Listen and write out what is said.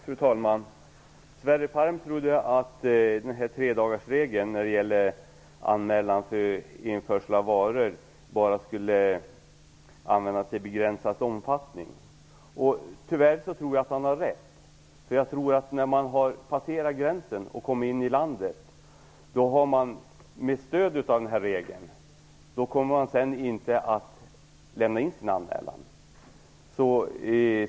Fru talman! Sverre Palm trodde att tredagarsregeln när det gäller anmälan om införsel av varor bara skulle användas i begränsad omfattning. Tyvärr tror jag att han har rätt, för när man med stöd av denna regel har passerat gränsen och kommit in i landet tror jag inte att man kommer att lämna in sin anmälan.